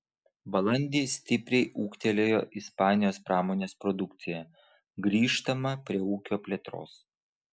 balandį stipriai ūgtelėjo ispanijos pramonės produkcija grįžtama prie ūkio plėtros